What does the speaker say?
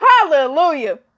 Hallelujah